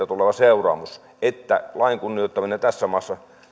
tuleva seuraamus että lain kunnioittaminen tässä maassa